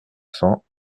cents